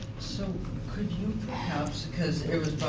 so could you perhaps because it was